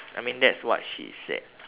I mean that's what she said